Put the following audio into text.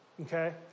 Okay